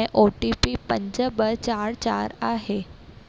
ऐं O T P पंज ॿ चारि चारि आहे